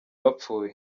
bapfuye